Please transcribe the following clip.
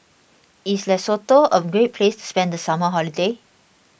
is Lesotho a great place to spend the summer holiday